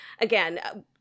again